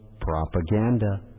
propaganda